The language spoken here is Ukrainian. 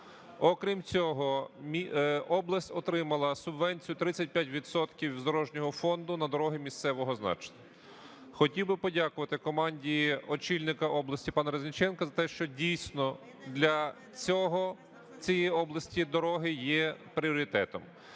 Окрім цього, область отримала субвенцію 35 відсотків з дорожнього фонду на дороги місцевого значення. Хотів би подякувати команді очільника області пана Резніченка за те, що, дійсно, для цього, цієї області дороги є пріоритетом.